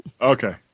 Okay